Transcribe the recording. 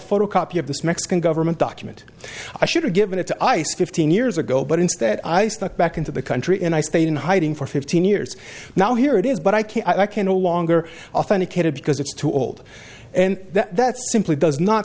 photocopy of this mexican government document i should have given it to ice fifteen years ago but instead i snuck back into the country and i stayed in hiding for fifteen years now here it is but i can't i can no longer authenticate it because it's too old and that simply does not